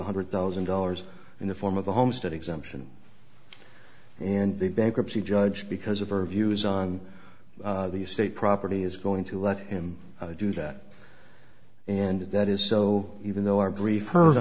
one hundred thousand dollars in the form of a homestead exemption and the bankruptcy judge because of her views on the state property is going to let him do that and that is so even though our grief